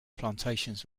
plantations